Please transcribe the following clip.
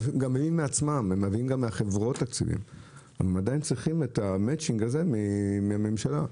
הם עדיין צריכים את המצ'ינג הזה מהממשלה.